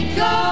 go